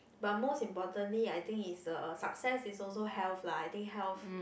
but most importantly I think is the success is also health lah I think health